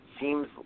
seems